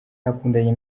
yakundanye